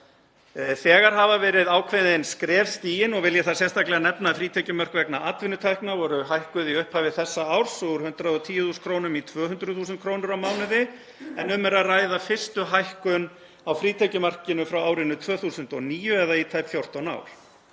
Þegar hafa ákveðin skref verið stigin og vil ég þar sérstaklega nefna að frítekjumörk vegna atvinnutekna voru hækkuð í upphafi þessa árs úr 110.000 kr. í 200.000 kr. á mánuði, en um er að ræða fyrstu hækkun á frítekjumarkinu frá árinu 2009 eða í tæp 14 ár.